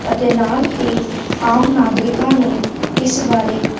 ਅਤੇ ਨਾਲ ਹੀ ਆਮ ਨਾਗਰਿਕਾਂ ਨੂੰ ਇਸ ਬਾਰੇ